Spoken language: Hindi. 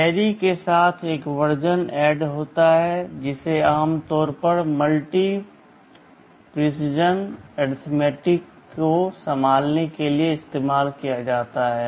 कैरी के साथ एक वर्जन ऐड होता है जिसे आम तौर पर मल्टी प्रिसिजन अरिथमेटिक को संभालने के लिए इस्तेमाल किया जाता है